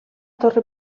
torre